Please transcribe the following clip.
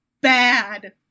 bad